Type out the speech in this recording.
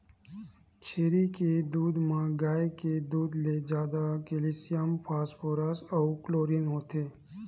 छेरी के दूद म गाय के दूद ले जादा केल्सियम, फास्फोरस अउ क्लोरीन होथे